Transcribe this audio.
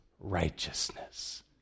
righteousness